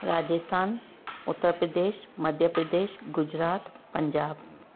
Rajasthan Uttar Pradesh Madhya Pradesh Gujarat Punjab